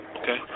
Okay